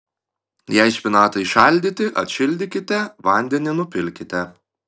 jei špinatai šaldyti atšildykite vandenį nupilkite